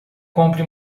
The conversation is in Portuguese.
compre